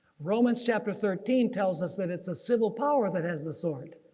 romans chapter thirteen tells us that it's a civil power that has the sword.